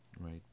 Right